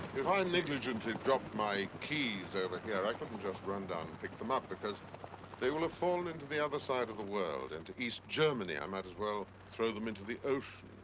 if i and negligently drop my keys over here i couldn't just run down and pick them up because they will have fallen into the other side of the world into east germany i might as well throw them into the ocean.